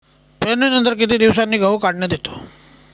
पेरणीनंतर किती दिवसांनी गहू काढण्यात येतो?